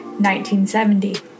1970